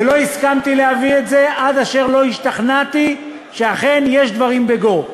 ולא הסכמתי להביא את זה עד אשר השתכנעתי שאכן יש דברים בגו.